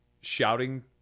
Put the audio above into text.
shouting